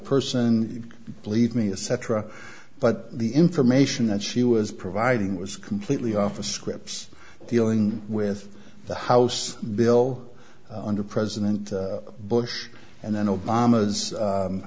person believe me a cetera but the information that she was providing was completely off the scripts dealing with the house bill under president bush and then obama